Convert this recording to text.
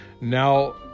Now